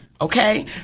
okay